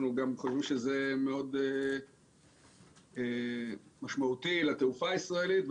אנחנו גם חושבים שזה מאוד משמעותי לתעופה הישראלית.